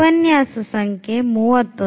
ಉಪನ್ಯಾಸ ಸಂಖ್ಯೆ 31